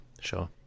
sure